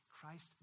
Christ